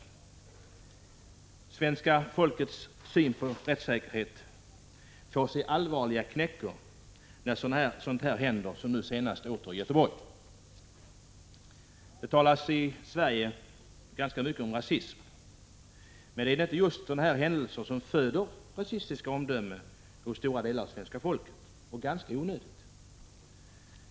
Svenska folkets syn på vår rättssäkerhet får sig en allvarlig knäck när sådant här händer som nu senast i Göteborg. Det talas i Sverige ganska mycket om rasism, men är det inte just sådana här händelser som föder — ganska onödigt — rasistiska omdömen hos stora delar av svenska folket?